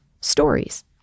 stories